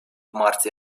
марте